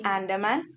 Andaman